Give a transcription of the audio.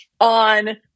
on